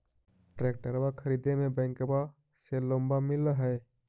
ट्रैक्टरबा खरीदे मे बैंकबा से लोंबा मिल है?